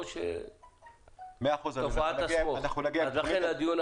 או -- אני רוצה להשלים את